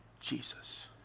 Jesus